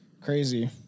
crazy